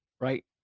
Right